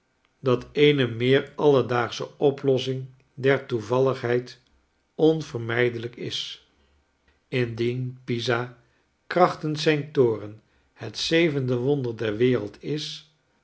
dat eene meer alledaagsche oplossing der toevalligheid onvermijdelijk is indien pisa krachtens zijn toren bet zevende wonder der wereld is